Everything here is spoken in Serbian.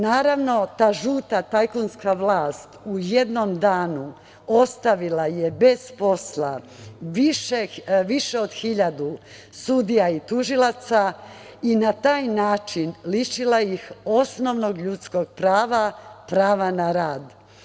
Naravno, ta žuta tajkunska vlast u jednom danu ostavila je bez posla više od 1.000 sudija i tužilaca i na taj način lišila ih osnovnog ljudskog prava, prava na rad.